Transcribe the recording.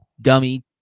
dummy